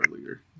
earlier